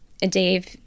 Dave